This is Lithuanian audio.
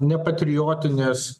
ne patriotinės